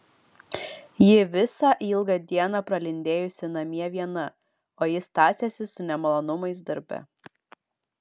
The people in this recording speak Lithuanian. ji visą ilgą dieną pralindėjusi namie viena o jis tąsęsis su nemalonumais darbe